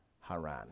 Haran